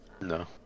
No